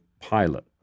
pilot